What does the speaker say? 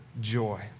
joy